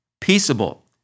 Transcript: peaceable